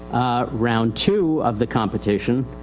ah, round two of the competition,